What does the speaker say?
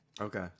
Okay